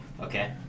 okay